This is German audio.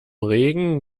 regen